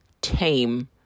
tame